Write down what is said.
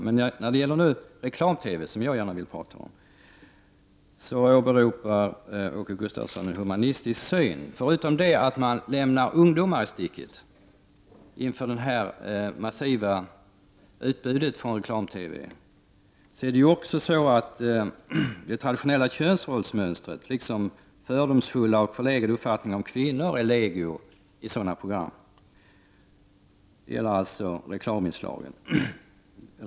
Men när det gäller reklam-TV, som jag gärna vill tala om, åberopar Åke Gustavsson en humanistisk syn. Förutom att ungdomen lämnas i sticket inför detta massiva utbud från reklam-TV är det traditionella könsrollsmönstret, liksom fördomsfulla och förlegade uppfattningar om kvinnor, legio i reklaminslagen.